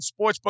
Sportsbook